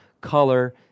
color